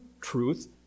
truth